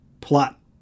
plot